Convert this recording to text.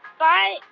bye,